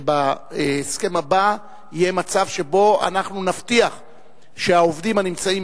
שבהסכם הבא יהיה מצב שבו אנחנו נבטיח שהעובדים הנמצאים